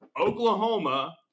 Oklahoma